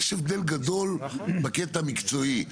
יש הבדל גדול בקטע המקצועי.